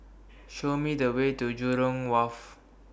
Show Me The Way to Jurong Wharf